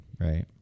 right